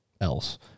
else